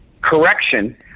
correction